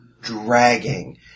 dragging